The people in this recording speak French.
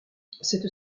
cette